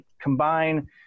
combine